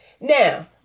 Now